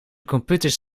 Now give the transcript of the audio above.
computers